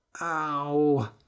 Ow